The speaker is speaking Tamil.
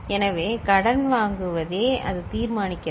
எனவே கடன் வாங்குவதே அதை தீர்மானிக்கிறது